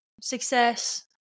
success